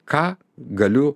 ką galiu